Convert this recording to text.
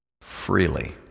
freely